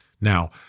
Now